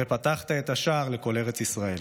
הרי שפתחת את השער לכל הארץ ישראל.